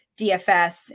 dfs